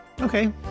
Okay